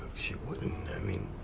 she wouldn't, i mean.